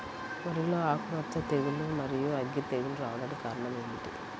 వరిలో ఆకుమచ్చ తెగులు, మరియు అగ్గి తెగులు రావడానికి కారణం ఏమిటి?